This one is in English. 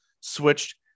switched